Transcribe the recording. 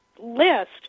list